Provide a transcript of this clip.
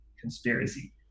conspiracy